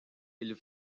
ils